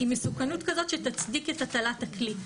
היא מסוכנות כזאת שתצדיק את הטלת הכלי.